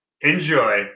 Enjoy